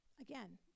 Again